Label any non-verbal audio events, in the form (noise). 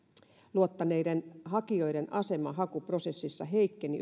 luottaneiden hakijoiden asema hakuprosessissa heikkeni (unintelligible)